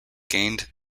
gained